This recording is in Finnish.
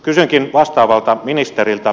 kysynkin vastaavalta ministeriltä